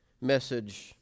message